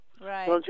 Right